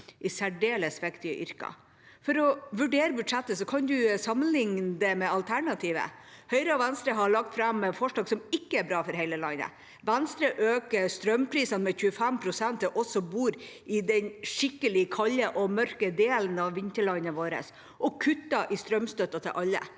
i særdeles viktige yrker i nord. For å vurdere budsjettet kan man sammenlikne det med alternativer. Høyre og Venstre har lagt fram forslag som ikke er bra for hele landet. Venstre øker strømprisene med 25 pst. til oss som bor i den skikkelig kalde og mørke delen av vinterlandet vårt, og kutter i strømstøtten til alle.